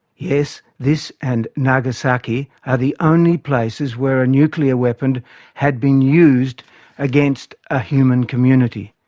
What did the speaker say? yes, this and nagasaki are the only places where a nuclear weapon had been used against a human community.